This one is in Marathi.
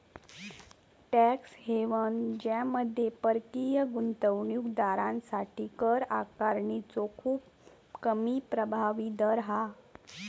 टॅक्स हेवन ज्यामध्ये परकीय गुंतवणूक दारांसाठी कर आकारणीचो खूप कमी प्रभावी दर हा